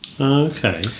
okay